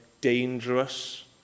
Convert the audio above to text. dangerous